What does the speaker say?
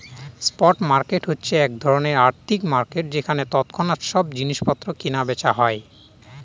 spot market হচ্ছে এক ধরনের আর্থিক মার্কেট যেখানে তৎক্ষণাৎ সব জিনিস পত্র কেনা বেচা হয়